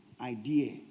idea